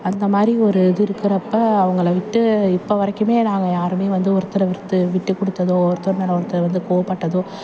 அந்த மாதிரி ஒரு இது இருக்குறப்போ அவங்களை விட்டு இப்போ வரைக்குமே நாங்கள் யாருமே வந்து ஒருத்தரை ஒருத்தர் விட்டு கொடுத்ததோ ஒருத்தர் மேலே ஒருத்தர் வந்து கோவப்பட்டதோ